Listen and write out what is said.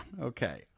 okay